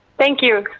thank you.